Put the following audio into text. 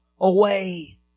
away